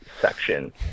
section